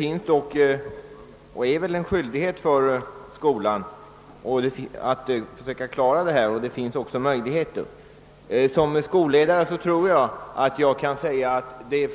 Det är väl i alla fall en skyldighet för skolan att försöka klara dessa problem, och vissa möjligheter härtill finns också. Som skolledare tror jag att man kan säga att de